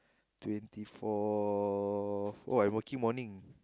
twenty four oh I'm working morning